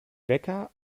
wecker